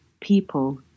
people